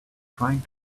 trying